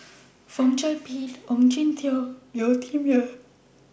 Fong Chong Pik Ong Jin Teong and Yeo Tiam Siew